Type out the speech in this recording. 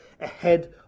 ahead